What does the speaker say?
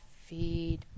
feed